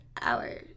hours